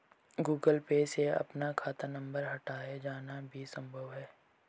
Google Pay से अपना खाता नंबर हटाया जाना भी संभव है